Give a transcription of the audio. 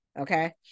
okay